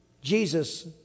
Jesus